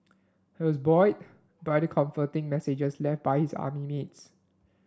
he was buoyed by the comforting messages left by his army mates